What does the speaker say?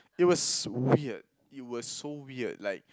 it was weird it was so weird like